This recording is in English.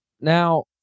now